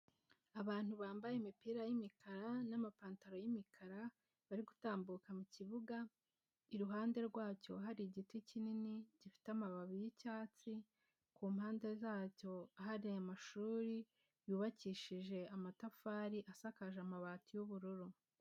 Abantu bambaye imipira y'imikara n'amapantaro y'imikara, bari gutambuka mu kibuga iruhande rwacyo hari igiti kinini gifite amababi y'icyatsi ku mpande zacyo hari amashuri, yubakishije amatafari asakaje amabati y'ubururu.